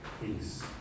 peace